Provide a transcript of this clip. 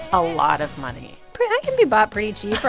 a lot of money i can be bought pretty cheap,